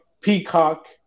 peacock